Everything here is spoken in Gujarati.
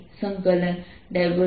M a